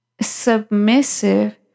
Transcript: submissive